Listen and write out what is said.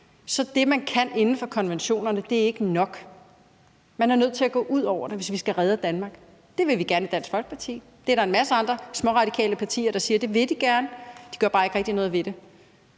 er det, man kan inden for konventionerne, ikke nok. Man er nødt til at gå ud over det, hvis vi skal redde Danmark. Det vil vi gerne i Dansk Folkeparti. Det er der en masse andre småradikale partier der siger at de gerne vil, men de gør bare ikke rigtig noget ved det.